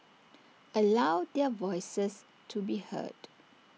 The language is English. allow their voices to be heard